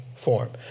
form